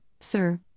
Sir